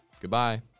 Goodbye